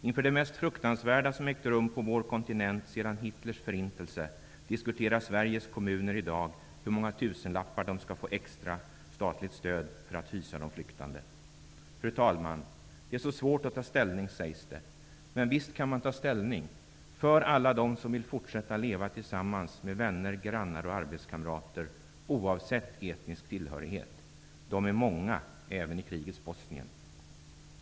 Inför det mest fruktansvärda som ägt rum på vår kontinent sedan Hitlers förintelse diskuterar Sveriges kommuner i dag hur många tusenlappar de skall få i extra statligt stöd för att hysa de flyktande. Fru talman! Det är så svårt att ta ställning, sägs det. Men visst kan man ta ställning, för alla dem som vill fortsätta leva tillsammans med vänner, grannar och arbetskamrater -- oavsett etnisk tillhörighet. De är många -- även i krigets Bosnien.